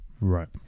Right